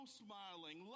smiling